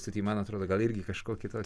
stoty man atrodo gal irgi kažkokį tokį